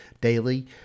daily